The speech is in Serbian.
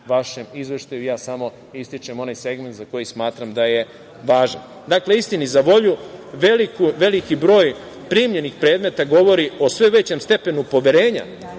vašem izveštaju, ja samo ističem onaj segment za koji smatram da je važan. Dakle, istini za volju, veliki broj primljenih predmeta govori o sve većem stepenu poverenja